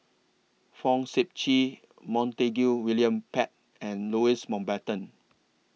Fong Sip Chee Montague William Pett and Louis Mountbatten